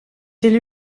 élu